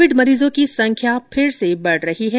Covid मरीजों की संख्या फिर से बढ़ रही है